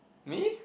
me